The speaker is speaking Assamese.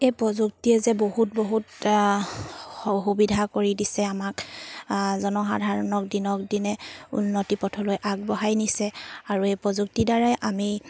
এই প্ৰযুক্তিয়ে যে বহুত বহুত সুবিধা কৰি দিছে আমাক জনসাধাৰণক দিনক দিনে উন্নতি পথলৈ আগবঢ়াই নিছে আৰু এই প্ৰযুক্তিৰ দ্বাৰাই আমি